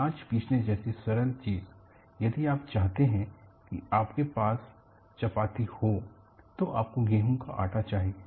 अनाज पीसने जैसी सरल चीज यदि आप चाहते हैं कि आपके पास चपाती हो तो आपको गेहूं का आटा चाहिए